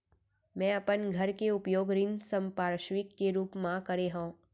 मै अपन घर के उपयोग ऋण संपार्श्विक के रूप मा करे हव